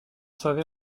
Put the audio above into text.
servait